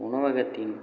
உணவகத்தின்